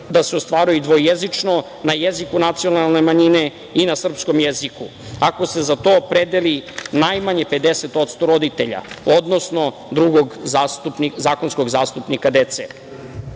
da se ostvaruje i dvojezično na jeziku nacionalne manjine i na srpskom jeziku, ako se za to opredeli najmanje 50% roditelja, odnosno drugog zakonskog zastupnika dece. Deo